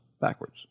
backwards